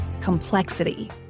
complexity